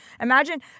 Imagine